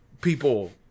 people